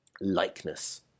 Likeness